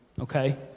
okay